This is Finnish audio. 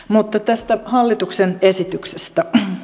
mutta tästä hallituksen esityksestä